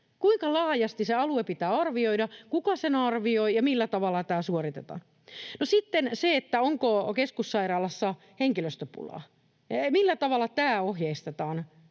Kuinka laajasti se alue pitää arvioida, kuka sen arvioi, ja millä tavalla tämä suoritetaan? No sitten, onko keskussairaalassa henkilöstöpulaa? Millä tavalla tämä ohjeistetaan